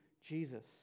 Jesus